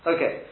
Okay